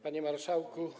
Panie Marszałku!